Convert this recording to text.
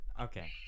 Okay